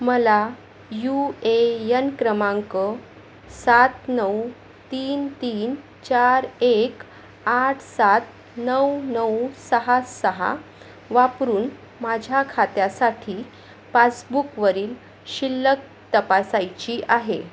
मला U A N क्रमांक सात नऊ तीन तीन चार एक आठ सात नऊ नऊ सहा सहा वापरून माझ्या खात्यासाठी पासबुकवरील शिल्लक तपासायची आहे